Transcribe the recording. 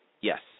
Yes